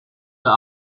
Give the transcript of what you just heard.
der